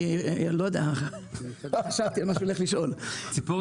הם מקבלים